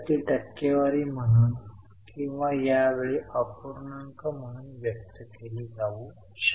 जर तुम्हाला पी आणि एल मध्ये आठवत असेल तर डिबेंचरच्या मुदतीत सवलत म्हणून एक वस्तू होती